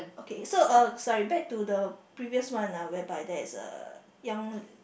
okay so uh sorry back to the previous one uh whereby there is a young